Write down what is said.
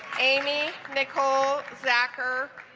amy nicole zakhar